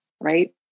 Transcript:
right